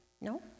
No